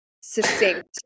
succinct